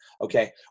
okay